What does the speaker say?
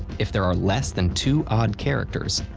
if there are less than two odd characters,